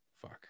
fuck